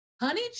honey